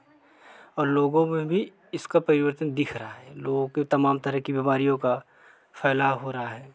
और लोगों में भी इसका परिवर्तन दिख रहा है लोगों के तमाम तरह की बीमारियों का फैलाव हो रहा है